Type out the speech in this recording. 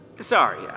Sorry